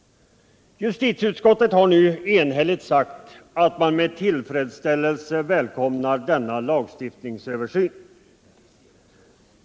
Justitieutskottet har nu enhälligt sagt att man med tillfredsställelse välkomnar denna lagstiftningsöversyn.